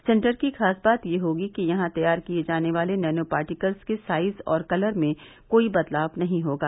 centre की खास बात यह होगी कि यहां तैयार किए जाने वाले नैनो पार्टिकल्स के साइज और कलर में कोई बदलाव नहीं होगा